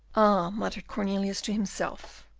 muttered cornelius to himself,